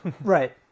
Right